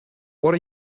what